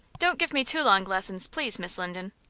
don't give me too long lessons, please, miss linden.